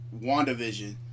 WandaVision